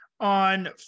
on